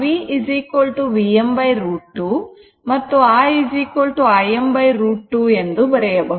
ಆದ್ದರಿಂದ V Vm √ 2 ಮತ್ತು I Im √ 2 ಎಂದು ಬರೆಯಬಹುದು